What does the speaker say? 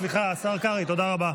סליחה, השר קרעי, תודה רבה.